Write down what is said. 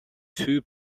too